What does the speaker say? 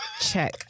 check